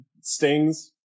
stings